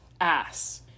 ass